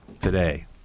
today